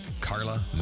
Carla